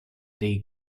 dei